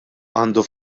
għandu